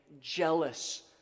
jealous